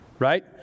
Right